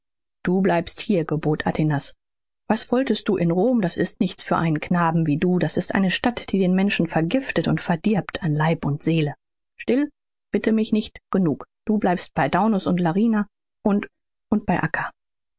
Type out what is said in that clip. du bleibst hier gebot atinas was wolltest du in rom das ist nichts für einen knaben wie du das ist eine stadt die den menschen vergiftet und verdirbt an leib und seele still bitte mich nicht genug du bleibst bei daunus und larina und und bei